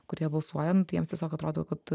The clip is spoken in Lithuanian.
kurie balsuoja nu tai jiems tiesiog atrodo kad